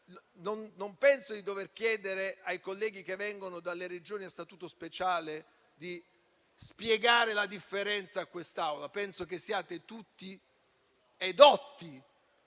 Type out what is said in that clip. Non penso di dover chiedere ai colleghi che vengono dalle Regioni a Statuto speciale di spiegare la differenza a quest'Aula. Penso che siate tutti edotti